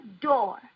door